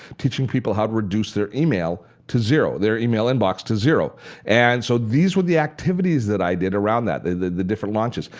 teaching people how to reduce their email to zero, their email inbox to zero and so these were the activities that i did around that, the different launches.